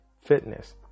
fitness